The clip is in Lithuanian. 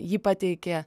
ji pateikė